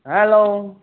hello